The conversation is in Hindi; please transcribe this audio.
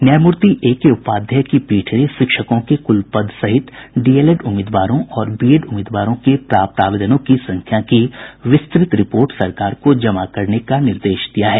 न्यायमूर्ति के उपाध्याय की पीठ ने शिक्षकों के कुल पद सहित डीएलएड उम्मीदवारों और बीएड उम्मीदवारों के प्राप्त आवेदनों की संख्या की विस्तृत रिपोर्ट सरकार को जमा करने का निर्देश दिया है